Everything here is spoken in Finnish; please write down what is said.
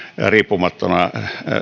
riippumattomana